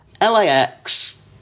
LAX